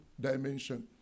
dimension